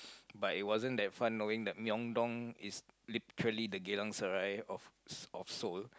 but it wasn't that fun knowing that Myeongdong is literally the Geylang-Serai of Se~ of Seoul